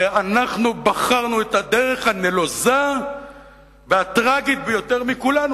ואנחנו בחרנו את הדרך הנלוזה והטרגית ביותר מכולן.